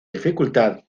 dificultad